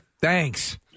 Thanks